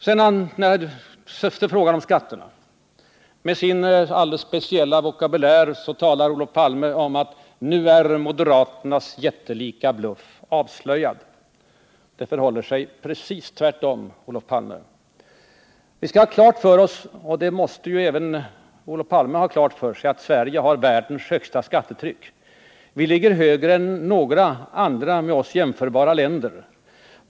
Sedan gäller det skatterna. Med sin alldeles speciella vokabulär talar Olof Palme om att nu är moderaternas ”jättelika bluff avslöjad”. Det förhåller sig precis tvärtom, Olof Palme. Vi skall ha klart för oss — och det måste även Olof Palme ha klart för sig — att Sverige har världens högsta skattetryck. Vi ligger högre än några andra med oss jämförbara länder.